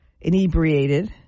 inebriated